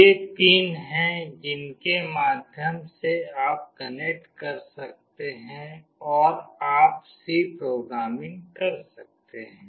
ये पिन हैं जिनके माध्यम से आप कनेक्ट कर सकते हैं और आप C प्रोग्रामिंग कर सकते हैं